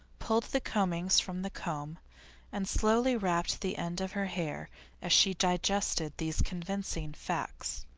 pulled the combings from the comb and slowly wrapped the end of her hair as she digested these convincing facts.